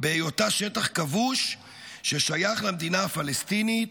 בהיותה שטח כבוש ששייך למדינה הפלסטינית,